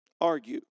argue